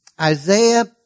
Isaiah